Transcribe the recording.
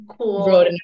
cool